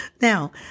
Now